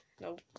Nope